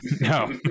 No